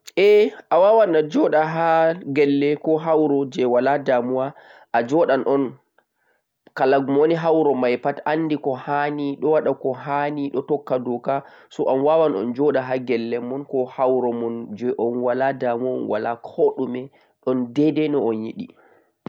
Awawan a joɗa ha wuro koh ha gelle je wala damuwa a onjoɗan kalamo woni ha wuro mai pat andi kohanii, ɗon tukka doka